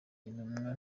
intumwa